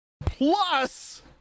Plus